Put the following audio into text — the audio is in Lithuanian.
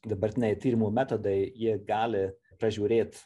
dabartiniai tyrimų metodai jie gali pražiūrėt